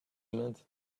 meant